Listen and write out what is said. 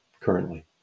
currently